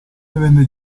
venne